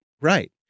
right